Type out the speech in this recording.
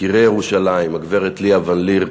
יקירי ירושלים, הגברת ליה ון-ליר,